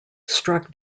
struck